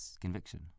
conviction